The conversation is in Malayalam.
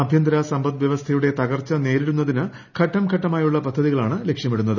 ആഭ്യന്തര സമ്പദ്വ്യവസ്ഥയുടെ തകർച്ച നേരിടുന്നതിന് ഘട്ടം ഘട്ടമായുള്ള പദ്ധതികളാണ് ലക്ഷ്യമിടുന്നത്